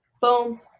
Boom